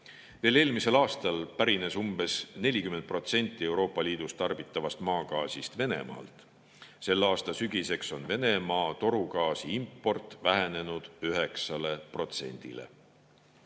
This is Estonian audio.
Veel eelmisel aastal pärines umbes 40% Euroopa Liidus tarbitavast maagaasist Venemaalt. Selle aasta sügiseks on Venemaa torugaasi import vähenenud 9%‑le.